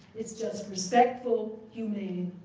it's just respectful, humane,